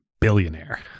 billionaire